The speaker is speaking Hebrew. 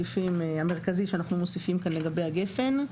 המרכזי שאנחנו מוסיפים כאן לגבי גפ"ן.